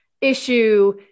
issue